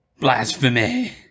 Blasphemy